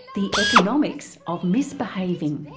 the economics of misbehaviour.